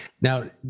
Now